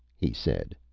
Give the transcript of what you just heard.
he said.